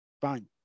fine